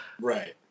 Right